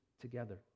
together